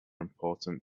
important